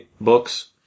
books